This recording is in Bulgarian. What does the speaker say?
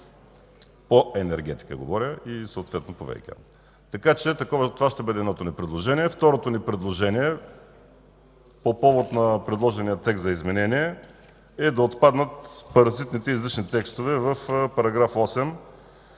по енергетика и съответно по ВиК. Така че това ще бъде едното ни предложение. Второто ни предложение по повод предложения текст за изменение е да отпаднат паразитните, излишни текстове в § 8,